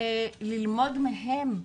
וללמוד מהם,